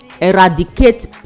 eradicate